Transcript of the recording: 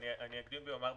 אקדים ואומר,